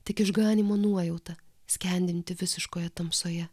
tik išganymo nuojauta skendinti visiškoje tamsoje